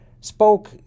spoke